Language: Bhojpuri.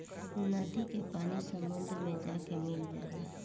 नदी के पानी समुंदर मे जाके मिल जाला